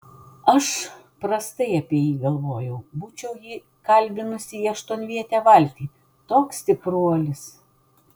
aš prastai apie jį galvojau būčiau jį kalbinusi į aštuonvietę valtį toks stipruolis